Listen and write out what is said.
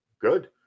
good